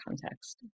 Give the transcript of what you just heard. context